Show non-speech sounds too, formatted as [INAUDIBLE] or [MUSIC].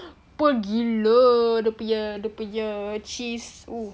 [NOISE] gila dia punya dia punya cheese